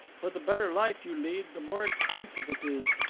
for the better life you lead, the more expensive it is.